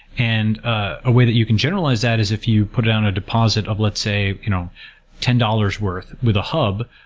and a way that you can generalize that is if you put down a deposit of let's say you know ten dollars worth with a hub,